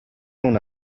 una